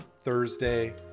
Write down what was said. Thursday